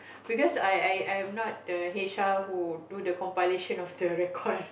because I I I I'm not the h_r who do the compilation of the record